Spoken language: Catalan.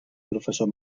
professor